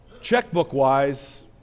Checkbook-wise